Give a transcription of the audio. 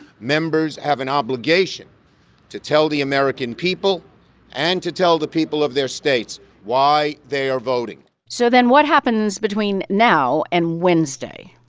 members have an obligation to tell the american people and to tell the people of their states why they are voting so then what happens between now and wednesday?